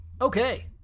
Okay